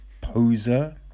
Poser